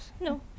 No